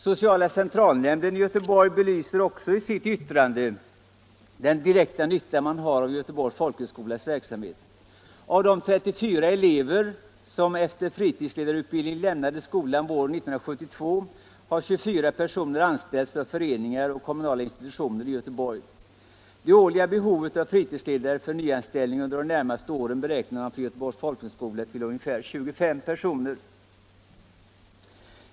Sociala centralnämnden i Göteborg belyser också i sitt yttrande den direkta nytta man har av Göteborgs folkhögskolas verksamhet. Av de 34 elever som efter fritidsledarutbildning lämnade skolan våren 1972 har 24 personer anställts av föreningar och kommunala institutioner i Göteborg. Det årliga behovet av fritidsledare för nyanställning under de närmaste åren beräknar man för Göteborgs folkhögskola till omkring 25 personer.